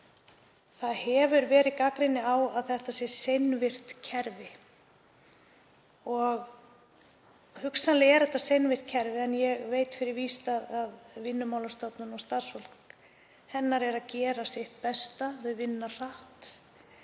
Það hefur verið gagnrýnt að þetta sé seinvirkt kerfi, og hugsanlega er þetta seinvirkt kerfi, en ég veit fyrir víst að Vinnumálastofnun og starfsfólk hennar er að gera sitt besta, að vinna hratt.